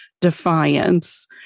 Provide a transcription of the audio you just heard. defiance